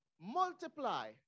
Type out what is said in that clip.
multiply